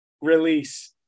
release